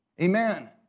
Amen